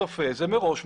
צופה זה מראש,